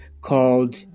called